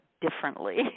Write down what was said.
differently